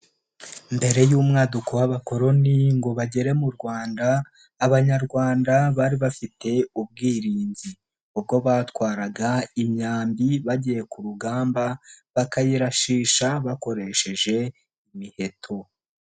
Mbere y'umwaduko w'abakoroni ngo bagere mu Rwanda. Abanyarwanda bari bafite ubwirinzi. Ubwo batwaraga imyambi bagiye ku rugamba, bakayirashisha bakoresheje imiheto.